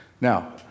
Now